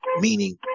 meaning